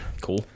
Cool